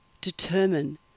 determine